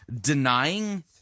denying